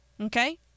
Okay